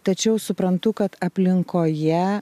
tačiau suprantu kad aplinkoje